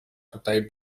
tutaj